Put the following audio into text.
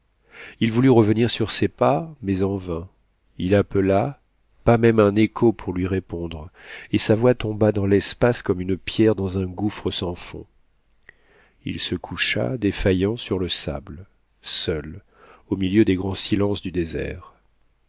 il voulut revenir sur ses pas mais en vain il appela pas même un écho pour lui répondre et sa voix tomba dans l'espace comme une pierre dans un gouffre sans fond il se coucha défaillant sur le sable seul au milieu des grands silences du désert